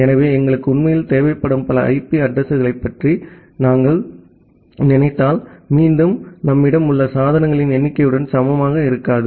எனவே எங்களுக்கு உண்மையில் தேவைப்படும் பல ஐபி அட்ரஸிங் களைப் பற்றி நீங்கள் நினைத்தால் மீண்டும் நம்மிடம் உள்ள சாதனங்களின் எண்ணிக்கையுடன் சமமாக இருக்காது